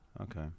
Okay